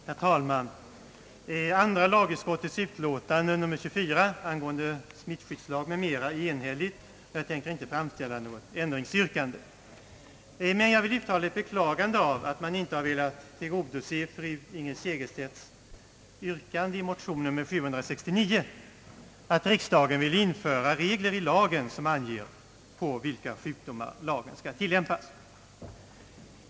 Herr talman! Andra lagutskottets utlåtande nr 24 angående smittskyddslag m.m. är enhälligt. Jag tänker inte framställa något ändringsyrkande, men jag vill uttala ett beklagande av att man inte velat tillgodose fru Segerstedt Wibergs yrkande i motion nr 769, att riksdagen måtte införa regler i lagen som anger på vilka sjukdomar lagen skall tillämpas.